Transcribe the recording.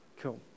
Cool